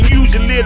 usually